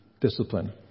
discipline